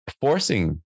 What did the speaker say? forcing